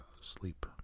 sleep